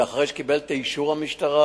ואחרי שקיבל את אישור המשטרה.